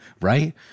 right